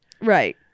Right